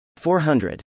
400